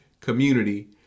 community